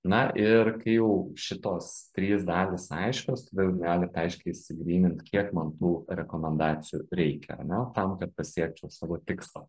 na ir kai jau šitos trys dalys aiškios tada jūs galit aiškiai išsigrynint kiek man tų rekomendacijų reikia ar ne tam kad pasiekčiau savo tikslą